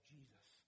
Jesus